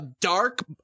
dark